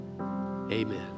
amen